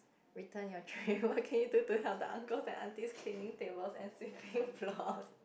return your tray what can you do to help the uncles and aunties cleaning tables and sweeping floor